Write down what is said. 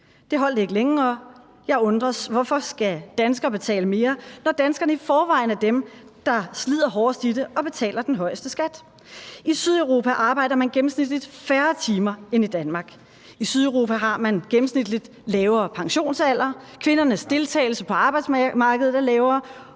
Det holdt ikke længe, og jeg undres: Hvorfor skal danskere betale mere, når danskerne i forvejen er dem, der slider hårdest i det og betaler den højeste skat? I Sydeuropa arbejder man gennemsnitligt færre timer end i Danmark. I Sydeuropa har man gennemsnitligt lavere pensionsalder. Kvindernes deltagelse på arbejdsmarkedet er lavere;